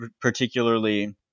particularly